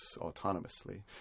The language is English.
autonomously